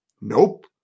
Nope